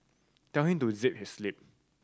tell him to zip his lip